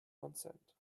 consent